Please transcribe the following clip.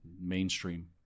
mainstream